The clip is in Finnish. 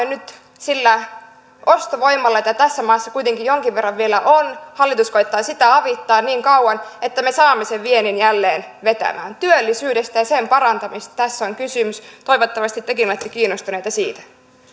nyt sitä ostovoimaa jota tässä maassa kuitenkin jonkin verran vielä on hallitus koettaa avittaa niin kauan että me saamme sen viennin jälleen vetämään ja siitähän tässä on kysymys työllisyydestä ja sen parantamisesta tässä on kysymys toivottavasti tekin olette kiinnostuneita siitä